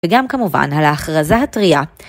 וגם כמובן על ההכרזה הטריה